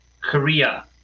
Korea